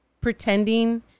pretending